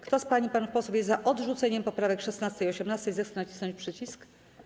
Kto z pań i panów posłów jest za odrzuceniem poprawek 16. i 18., zechce nacisnąć przycisk.